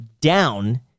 down